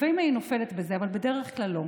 לפעמים אני נופלת בזה, אבל בדרך כלל לא.